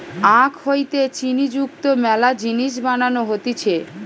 আখ হইতে চিনি যুক্ত মেলা জিনিস বানানো হতিছে